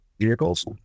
vehicles